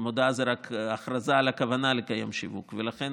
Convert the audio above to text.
המודעה היא רק הכרזה על הכוונה לקיים שיווק, ולכן